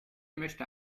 möchte